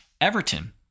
Everton